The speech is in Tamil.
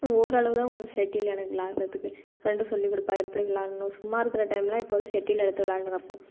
ஓரளவு தான் வரும் எனக்கு ஷட்டில் விளாயாட்றதுக்கு ஃப்ரெண்டு சொல்லிக் கொடுப்பா எப்படி விளாயாட்ணும் சும்மா இருக்க டைம்லாம் எப்போதும் ஷெட்டில் எடுத்து விளாயாண்டு கிடப்போம்